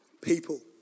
people